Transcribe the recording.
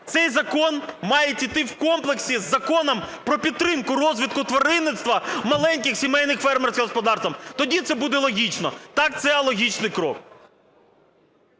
цей закон має іти в комплексі з Законом про підтримку розвитку тваринництва маленьким сімейним фермерським господарствам, тоді це буде логічно. А так це алогічний крок.